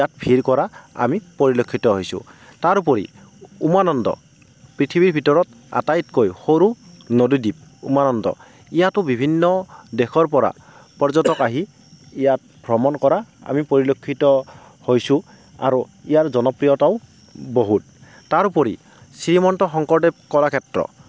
ইয়াত ভিৰ কৰা আমি পৰিলক্ষিত হৈছোঁ তাৰোপৰি উমানন্দ পৃথিৱীৰ ভিতৰত আটাইতকৈ সৰু নদীদ্বীপ উমানন্দ ইয়াতো বিভিন্ন দেশৰ পৰা পৰ্যটক আহি ইয়াত ভ্ৰমণ কৰা আমি পৰিলক্ষিত হৈছোঁ আৰু ইয়াৰ জনপ্ৰিয়তাও বহুত তাৰোপৰি শ্ৰীমন্ত শংকৰদেৱ কলাক্ষেত্ৰ